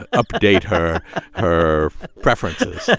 update her her preferences yeah